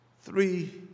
three